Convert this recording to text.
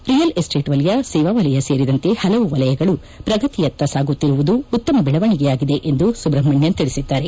real estate ವಲಯ ಸೇವಾ ವಲಯ ಸೇರಿದಂತೆ ಪಲವು ವಲಯಗಳು ಪ್ರಗತಿಯತ್ತ ಸಾಗುತ್ತಿರುವುದು ಉತ್ತಮ ಬೆಳವಣಿಗೆಯಾಗಿದೆ ಎಂದು ಸುಬ್ರಹ್ಮಣ್ವನ್ ತಿಳಿಸಿದ್ದಾರೆ